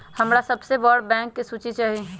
हमरा सबसे बड़ बैंक के सूची चाहि